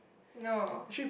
no